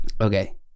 Okay